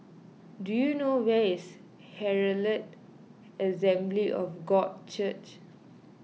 do you know where is Herald Assembly of God Church